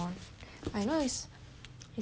is one zero zero something [one]